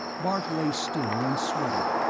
bart lay still and sweated,